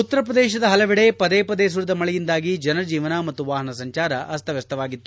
ಉತ್ತರ ಪ್ರದೇಶದ ಹಲವೆಡೆ ಪದೇಪದೆ ಸುರಿದ ಮಳೆಯಿಂದಾಗಿ ಜನಜೀವನ ಮತ್ತು ವಾಹನ ಸಂಚಾರ ಅಸ್ತವ್ದಸ್ತವಾಗಿತ್ತು